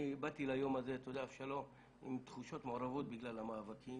אני באתי ליום הזה עם תחושות מעורבות בגלל המאבקים,